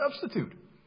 substitute